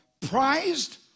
prized